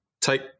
Take